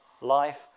life